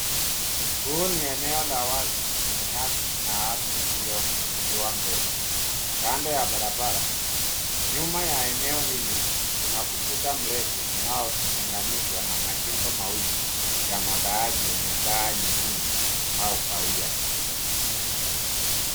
Huu ni eneo la wazi lenye nyasi na ardhi iliyofunguliwa mbele. Kando ya barabara nyuma ya eneo hili kuna ukuta mrefu unaotenganishwa na majengo mawili ya makaazi yenye paa nyekundu au kahawia.